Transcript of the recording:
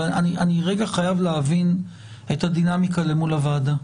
אבל אני רגע חייב להבין את הדינמיקה למול הוועדה,